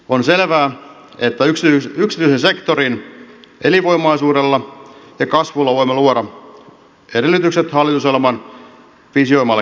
on selvää että yksityisen sektorin elinvoimaisuudella ja kasvulla voimme luoda edellytykset hallitusohjelman visioimalle kasvun uralle